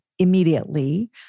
Immediately